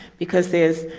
because there's,